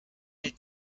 hält